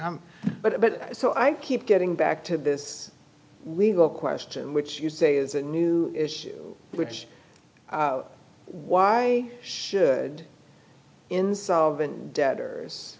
um but so i keep getting back to this legal question which you say is a new issue which why should insolvent debtors